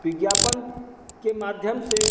विज्ञापन के माध्यम से